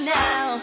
now